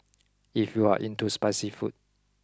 if you are into spicy food